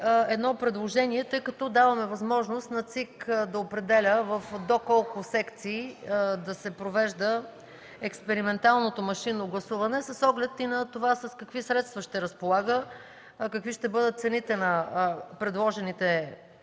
едно предложение, тъй като даваме възможност на Централната избирателна комисия да определя в до колко секции да се провежда експерименталното машинно гласуване, с оглед и на това с какви средства ще разполага, какви ще бъдат цените на предложените